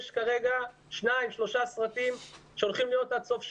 כרגע יש שניים-שלושה סרטים שהולכים להיות עד סוף השנה.